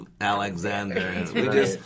Alexander